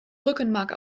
rückenmark